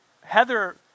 Heather